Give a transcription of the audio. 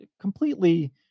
completely